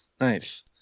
Nice